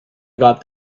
got